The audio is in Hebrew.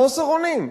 חוסר אונים.